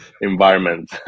environment